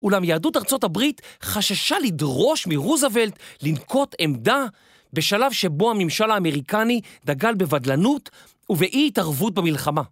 אולם יהדות ארצות הברית חששה לדרוש מרוזוולד לנקוט עמדה בשלב שבו הממשל האמריקני דגל בבדלנות ובאי התערבות במלחמה.